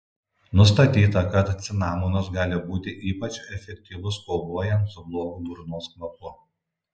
nustatyta kad cinamonas gali būti ypač efektyvus kovojant su blogu burnos kvapu